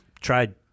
tried